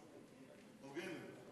דבר.